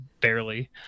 barely